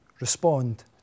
respond